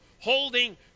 holding